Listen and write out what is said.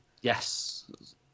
Yes